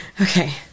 Okay